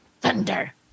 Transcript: Thunder